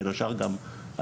בן השאר גם על